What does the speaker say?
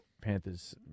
Panthers